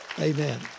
Amen